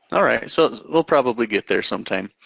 all right, so we'll probably get there sometime.